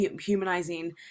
humanizing